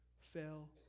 fell